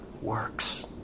works